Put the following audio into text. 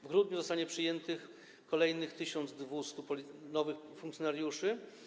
W grudniu zostanie przyjętych kolejnych 1200 nowych funkcjonariuszy.